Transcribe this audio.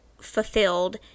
fulfilled